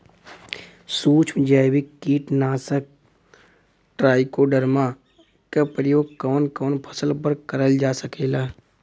सुक्ष्म जैविक कीट नाशक ट्राइकोडर्मा क प्रयोग कवन कवन फसल पर करल जा सकेला?